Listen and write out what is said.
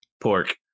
pork